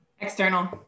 external